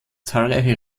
zahlreiche